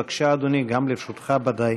בבקשה, אדוני, גם לרשותך, ודאי,